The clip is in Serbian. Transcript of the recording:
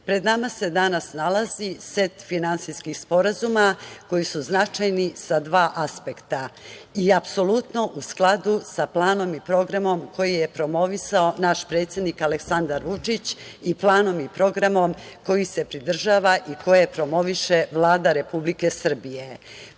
nama se danas nalazi set finansijskih sporazuma koji su značajni sa dva aspekta i apsolutno u skladu sa planom i programom koji je promovisao naš predsednik Aleksandar Vučić i planom i programom koji se pridržava i koje promoviše Vlada Republike Srbije. Prvi